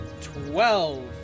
Twelve